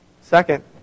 Second